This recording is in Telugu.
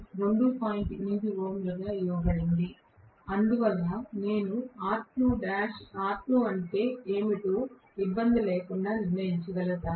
8 ఓంలుగా ఇవ్వబడింది అందువల్ల నేను R2 అంటే ఏమిటో ఎటువంటి ఇబ్బంది లేకుండా నిర్ణయించగలను